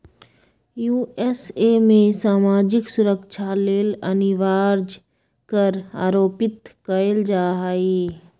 USA में सामाजिक सुरक्षा लेल अनिवार्ज कर आरोपित कएल जा हइ